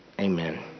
Amen